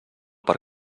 per